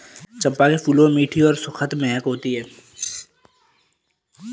चंपा के फूलों में मीठी और सुखद महक होती है